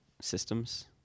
systems